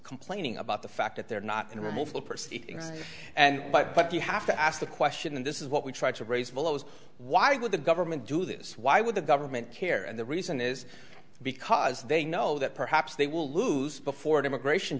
complaining about the fact that they are not in removal proceedings and but but you have to ask the question and this is what we try to raise fellows why would the government do this why would the government care and the reason is because they know that perhaps they will lose before an immigration